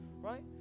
Right